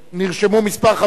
נרשמו כמה חברים,